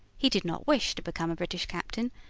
he did not wish to become a british captain,